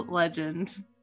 legend